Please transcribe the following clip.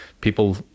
People